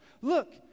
Look